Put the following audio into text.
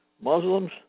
Muslims